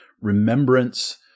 remembrance